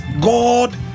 God